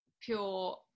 pure